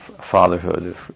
Fatherhood